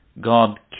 God